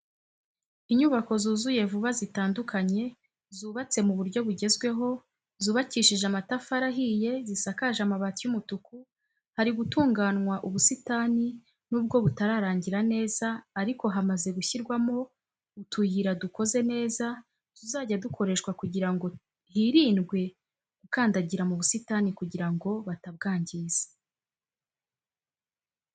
Inyubako zuzuye vuba zitandukanye zubatse mu buryo bugezweho zubakishije amatafari ahiye, zisakaje amabati y'umutuku, hari gutunganwa ubusitani nubwo butararangira neza ariko hamaze gushyirwamo utuyira dukoze neza tuzajya dukoreshwa kugira ngo hirindwe gukandagira mu busitani kugira ngo batabwangiza.